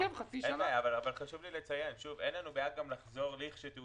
לא הייתה ועדת כספים לחזור אליה.